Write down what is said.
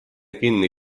kinni